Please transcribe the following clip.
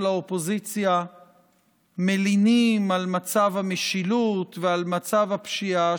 האופוזיציה מלינים על מצב המשילות ועל מצב הפשיעה,